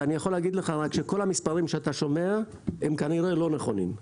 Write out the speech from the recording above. אני רק יכול להגיד לך שכל המספרים שאתה שומע הם כנראה לא נכונים.